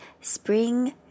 Spring